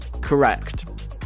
Correct